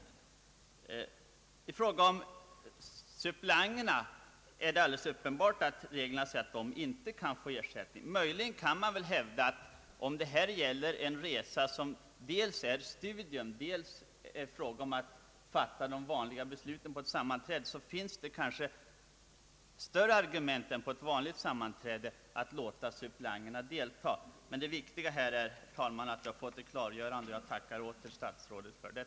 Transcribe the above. Av de statliga företagsnämndernas regler framgår att suppleanter inte kan få ersättning i samband med studieresor. Möjligen kan man hävda att om det gäller en studieresa i samband med att man håller ett sammanträde, så är det kanske ett större argument för att låta suppleanterna delta än vid ett sammanträde i hemorten. Det viktiga är emellertid att vi har fått ett klargörande, och jag ber än en gång att få tacka statsrådet för det.